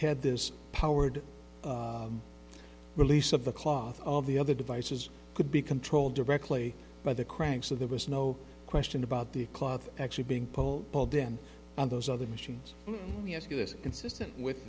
had this powered release of the cloth all the other devices could be controlled directly by the crank so there was no question about the cloth actually being pole pulled then on those other machines we ask you this consistent with